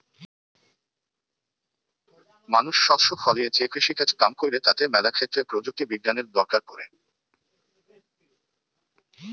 মানুষ শস্য ফলিয়ে যে কৃষিকাজ কাম কইরে তাতে ম্যালা ক্ষেত্রে প্রযুক্তি বিজ্ঞানের দরকার পড়ে